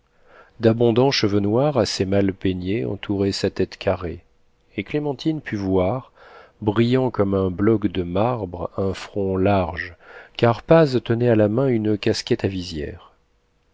d'abondants cheveux noirs assez mal peignés entouraient sa tête carrée et clémentine put voir brillant comme un bloc de marbre un front large car paz tenait à la main une casquette à visière